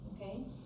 okay